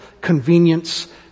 convenience